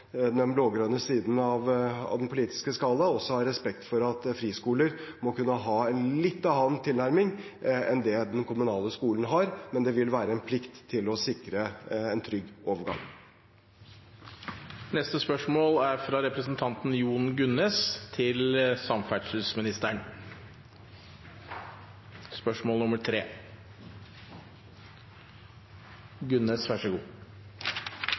den blå-grønne siden av den politiske skalaen – ha respekt for at friskoler må kunne ha en litt annen tilnærming enn det den kommunale skolen har, men det vil være en plikt til å sikre en trygg overgang.